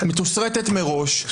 מתוסרטת מראש,